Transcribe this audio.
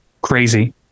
crazy